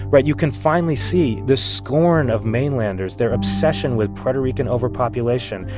right? you can finally see the scorn of mainlanders their obsession with puerto rican overpopulation,